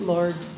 Lord